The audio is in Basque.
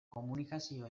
komunikazio